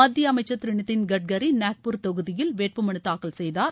மத்திய அமைச்சர் திரு நிதின் கட்கரி நாக்பூர் தொகுதியில் வேட்பு மனு தாக்கல் செய்தார்